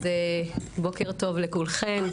אז בוקר טוב לכולכם,